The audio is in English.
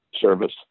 service